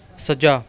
ਸੱਜਾ